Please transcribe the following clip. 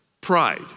Pride